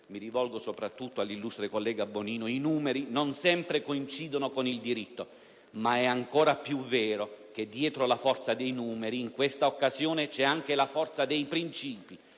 mi rivolgo soprattutto alla illustre collega Bonino - i numeri non sempre coincidono con il diritto, ma è ancora più vero che dietro la forza dei numeri in questa occasione c'è anche la forza dei princìpi,